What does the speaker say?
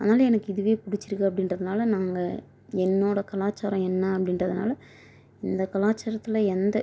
அதனால் எனக்கு இதுவே பிடிச்சிருக்கு அப்படின்றதுனால நாங்கள் என்னோட கலாச்சாரம் என்ன அப்படின்றதுனால இந்த கலாச்சாரத்தில் எந்த